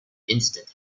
institute